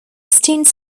stints